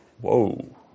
whoa